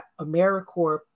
AmeriCorps